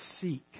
Seek